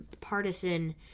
partisan